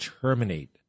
terminate